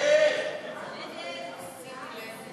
ההצעה להסיר מסדר-היום את